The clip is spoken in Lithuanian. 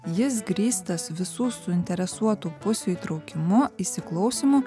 jis grįstas visų suinteresuotų pusių įtraukimu įsiklausymu